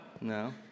no